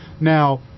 Now